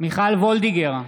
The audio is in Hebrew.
מיכל וולדיגר,